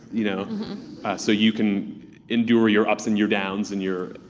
you know so you can endure your ups and your downs, and your.